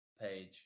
page